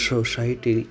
society